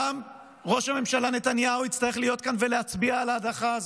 גם ראש הממשלה נתניהו יצטרך להיות כאן ולהצביע על ההדחה הזו.